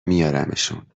میارمشون